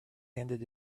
handed